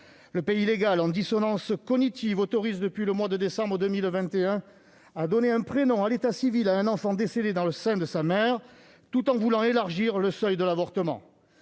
Le pays légal, en dissonance cognitive, autorise depuis le mois de décembre 2021 à donner un prénom à l'état civil à un enfant décédé dans le sein de sa mère tout en voulant reporter le seuil de l'avortement.